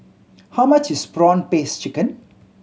how much is prawn paste chicken